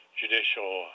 judicial